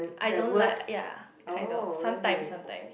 I don't like ya kind of sometimes sometimes